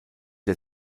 der